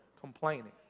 Complaining